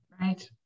Right